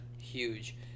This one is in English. Huge